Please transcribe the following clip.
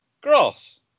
grass